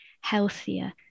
healthier